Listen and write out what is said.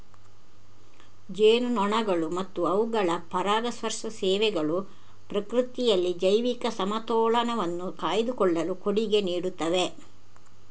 ಜೇನುನೊಣಗಳು ಮತ್ತು ಅವುಗಳ ಪರಾಗಸ್ಪರ್ಶ ಸೇವೆಗಳು ಪ್ರಕೃತಿಯಲ್ಲಿ ಜೈವಿಕ ಸಮತೋಲನವನ್ನು ಕಾಯ್ದುಕೊಳ್ಳಲು ಕೊಡುಗೆ ನೀಡುತ್ತವೆ